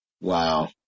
Wow